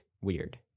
weird